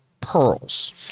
pearls